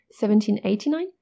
1789